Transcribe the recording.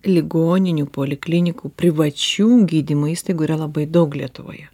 ligoninių poliklinikų privačių gydymo įstaigų yra labai daug lietuvoje